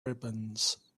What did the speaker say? ribbons